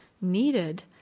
needed